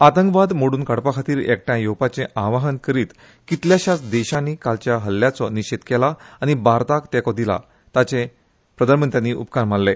आतंकवाद मोडून काडपा खातीर एकठांय येवपाचें आवाहन करीत कितल्याशाच देशांनी कालच्या हल्ल्याचो निशेद केला आनी भारताक तेंको दिला तांचे प्रधानमंत्र्यांनी उपकार मानले